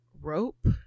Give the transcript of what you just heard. rope